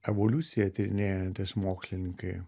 evoliuciją tyrinėjantys mokslininkai